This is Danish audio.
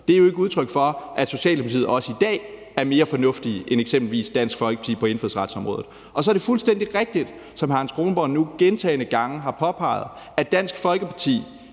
Det er jo ikke udtryk for, at Socialdemokratiet i dag er mere fornuftige end eksempelvis Dansk Folkeparti på indfødsretsområdet. Og så er det fuldstændig rigtigt, som hr. Anders Kronborg nu gentagne gange har påpeget, at Dansk Folkeparti